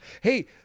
Hey